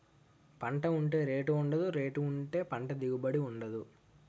పంట ఉంటే రేటు ఉండదు, రేటు ఉంటే పంట దిగుబడి ఉండదు